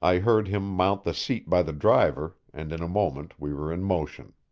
i heard him mount the seat by the driver, and in a moment we were in motion.